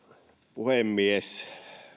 puhemies